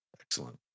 excellent